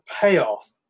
payoff